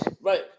Right